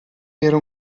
era